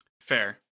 Fair